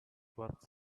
works